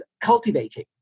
cultivating